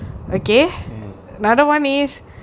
mm